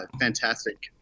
fantastic